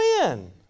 win